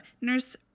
nurse